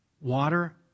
Water